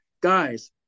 guys